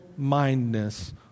mindness